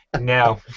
No